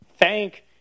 Thank